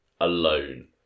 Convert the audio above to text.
alone